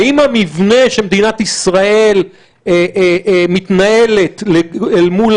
האם המבנה שמדינת ישראל מתנהלת אל מול